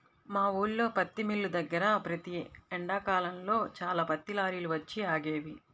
మా ఊల్లో పత్తి మిల్లు దగ్గర ప్రతి ఎండాకాలంలో చాలా పత్తి లారీలు వచ్చి ఆగేవి